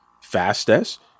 fastest